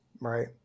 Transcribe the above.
right